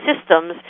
systems